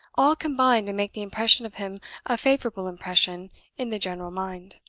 all combined to make the impression of him a favorable impression in the general mind.